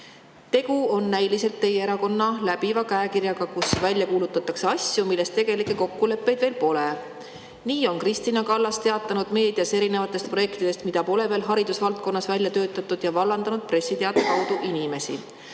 Tegu on näiliselt teie erakonna läbiva käekirjaga, et välja kuulutatakse asju, milles tegelikke kokkuleppeid veel pole. Nii on Kristina Kallas teatanud meedias erinevatest projektidest, mida pole veel haridusvaldkonnas välja töötatud, ja vallandanud pressiteate kaudu inimesi.